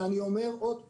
ואני אומר עוד פעם: